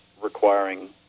requiring